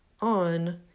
on